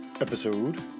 episode